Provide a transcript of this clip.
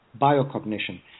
biocognition